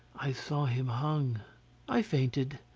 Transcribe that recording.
i saw him hung i fainted.